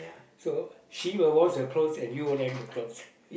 so she will wash the clothes and you will hang the clothes